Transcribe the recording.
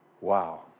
Wow